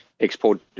export